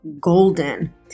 golden